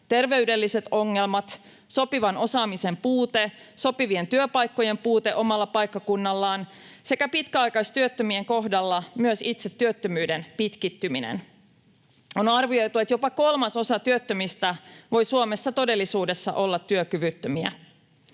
terveydelliset ongelmat, sopivan osaamisen puute, sopivien työpaikkojen puute omalla paikkakunnalla sekä pitkäaikaistyöttömien kohdalla myös itse työttömyyden pitkittyminen. On arvioitu, että jopa kolmasosa työttömistä voi Suomessa todellisuudessa olla työkyvyttömiä.